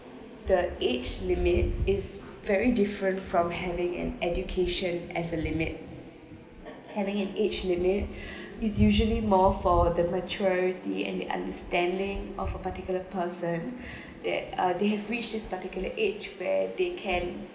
the age limit is very different from having an education as a limit having an age limit is usually more for the maturity and the understanding of a particular person that uh they have reached this particular age where they can